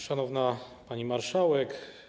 Szanowna Pani Marszałek!